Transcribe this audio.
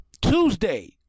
Tuesday